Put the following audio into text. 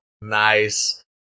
Nice